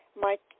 Mike